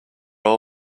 all